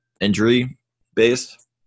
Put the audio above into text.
injury-based